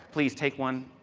please take one,